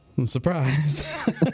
surprise